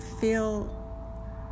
feel